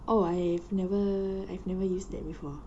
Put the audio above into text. oh I've never I've never used that before